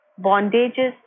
bondages